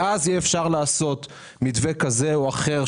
ואז יהיה אפשר לעשות מתווה כזה או אחר,